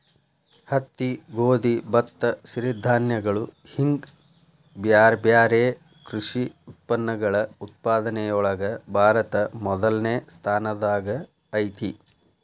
ಹತ್ತಿ, ಗೋಧಿ, ಭತ್ತ, ಸಿರಿಧಾನ್ಯಗಳು ಹಿಂಗ್ ಬ್ಯಾರ್ಬ್ಯಾರೇ ಕೃಷಿ ಉತ್ಪನ್ನಗಳ ಉತ್ಪಾದನೆಯೊಳಗ ಭಾರತ ಮೊದಲ್ನೇ ಸ್ಥಾನದಾಗ ಐತಿ